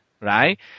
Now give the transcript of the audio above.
right